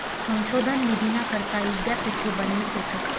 संशोधन निधीना करता यीद्यापीठे बनेल शेतंस